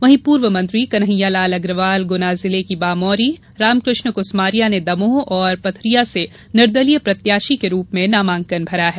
वहीं पूर्व मंत्री कन्हैयालाल अग्रवाल गुना जिले की बामौरी रामकृष्ण कुसमारिया ने दमोह और पथरिया से निर्दलीय प्रत्याशी के रूप में नामांकन भरा है